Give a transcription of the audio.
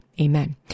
amen